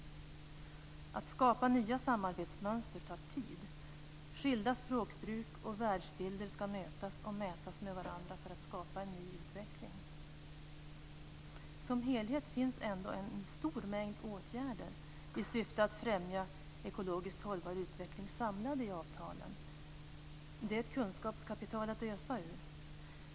Att skapa nya samarbetsmönster tar tid. Skilda språkbruk och världsbilder ska mötas och mätas med varandra för att skapa en ny utveckling. Som helhet finns ändå en stor mängd åtgärder i syfte att främja ekologiskt hållbar utveckling samlade i avtalen. Det är ett kunskapskapital att ösa ur.